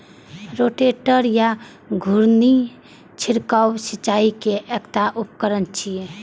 rotator या घुर्णी छिड़काव सिंचाइ के एकटा उपकरण छियै